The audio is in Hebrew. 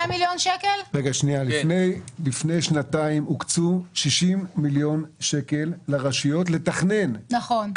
לפני שנתיים הוקצו 60 מיליון שקלים לרשויות לטובות תכנון,